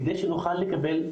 כדי שנוכל לקבל,